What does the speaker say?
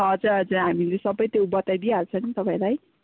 हजुर हजुर हामीले सबै त्यो बताइदिइहाल्छ नि तपाईँलाई